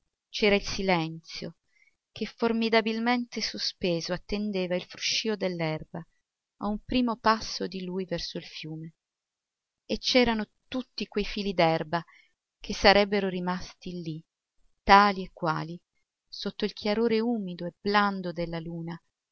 c'era il silenzio che formidabilmente sospeso attendeva il fruscio dell'erba a un primo passo di lui verso il fiume e c'erano tutti quei fili d'erba che sarebbero rimasti lì tali e quali sotto il chiarore umido e blando della luna